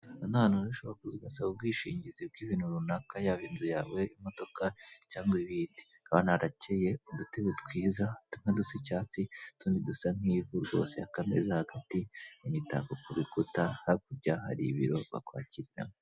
Hari n'ahantu henshi hasaba ubwishingizi bw'ibintu runaka yaba inzu yawe imodoka cyangwa ibindi urabona harakeye udutebe twiza tumwe dusa icyatsi utundi tusa nk'ivu rwose akameza imitako ku ibikuta hakurya hari ibiro bakwakiriramo.